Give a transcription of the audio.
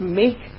make